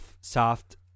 soft